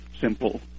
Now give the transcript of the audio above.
simple